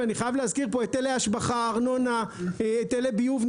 ואני חייב להזכיר פה היטלי השבחה; ארנונה; היטלי ביוב,